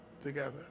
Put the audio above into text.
Together